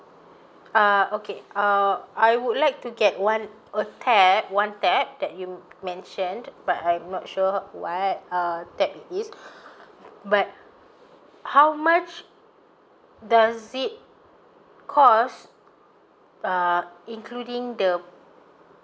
uh okay uh I would like to get one uh tab one tab that you mentioned but I'm not sure what uh that is but how much does it cost uh including the